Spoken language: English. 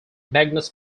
magnus